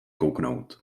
kouknout